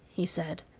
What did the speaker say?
he said,